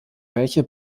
welche